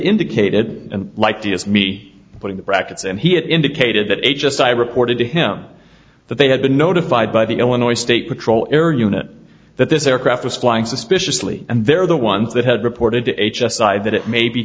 indicated and like the is me putting the brackets and he had indicated that h s i reported to him that they had been notified by the illinois state patrol air unit that this aircraft was flying suspiciously and they're the ones that had reported to h s i that it may be